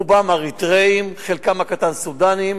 רובם אריתריאים, חלקם הקטן סודנים.